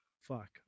Fuck